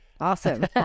Awesome